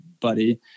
buddy